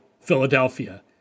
Philadelphia